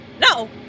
No